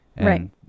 Right